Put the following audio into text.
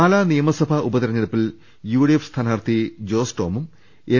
പാലാ നിയമസഭാ ഉപതിരഞ്ഞെടുപ്പിൽ യുഡിഎഫ് സ്ഥാനാർത്ഥി ജോസ് ടോമും എൻ